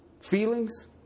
feelings